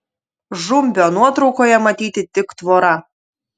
žumbio nuotraukoje matyti tik tvora